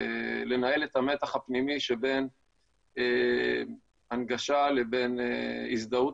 לנהל את המתח הפנימי שבין הנגשה לבין הזדהות